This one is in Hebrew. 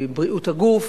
לבריאות הגוף